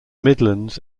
midlands